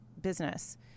business